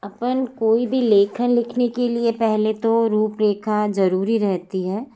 अपन कोई भी लेखन लिखने के लिए पहले तो रुपरेखा जरुरी रहती है